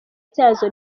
cyazo